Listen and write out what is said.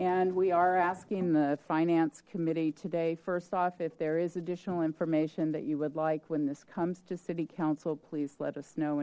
and we are asking the finance committee today first off if there is additional information that you would like when this comes to city council please let us know